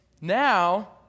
now